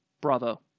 bravo